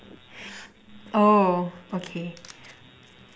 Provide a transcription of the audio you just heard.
oh